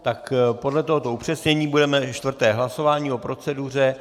Tak podle tohoto upřesnění budeme mít čtvrté hlasování o proceduře.